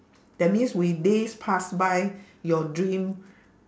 that means with days pass by your dream